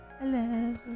Hello